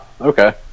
okay